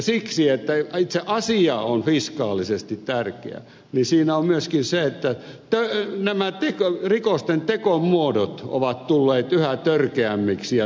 paitsi että itse asia on fiskaalisesti tärkeä siinä on myöskin se että rikosten tekomuodot ovat tulleet yhä törkeämmiksi ja törkeämmiksi